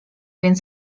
więc